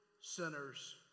sinners